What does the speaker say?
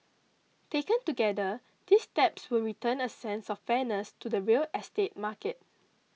taken together these steps will return a sense of fairness to the real estate market